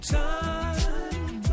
time